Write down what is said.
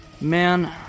Man